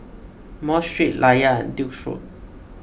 Mosque Street Layar and Duke's Road